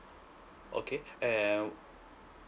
okay and